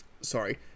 sorry